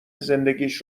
زندگیش